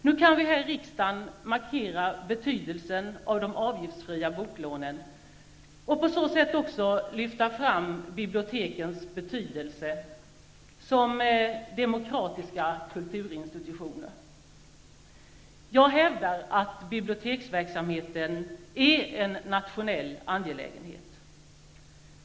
Nu kan vi här i riksdagen markera betydelsen av de avgiftsfria boklånen och på så sätt också lyfta fram bibliotekens betydelse som demokratiska kulturinstitutioner. Jag hävdar att biblioteksverksamheten är en nationell angelägenhet.